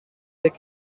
their